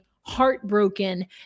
heartbroken